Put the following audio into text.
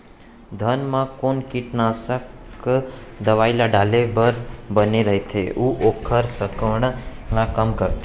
धान म कोन कीटनाशक दवई ल डाले बर बने रइथे, अऊ ओखर संक्रमण ल कम करथें?